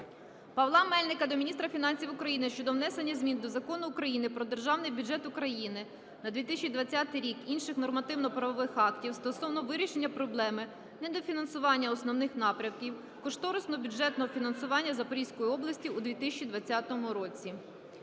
Павла Мельника до міністра фінансів України щодо внесення змін до Закону України "Про Державний бюджет України на 2020 рік", інших нормативно-правових актів стосовно вирішення проблеми недофінансування основних напрямів кошторисно-бюджетного фінансування Запорізької області у 2020 році.